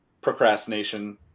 procrastination